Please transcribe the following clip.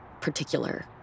particular